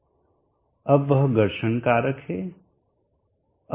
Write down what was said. अब वह घर्षण कारक है